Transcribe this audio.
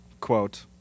quote